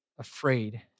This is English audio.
afraid